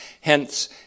hence